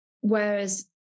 Whereas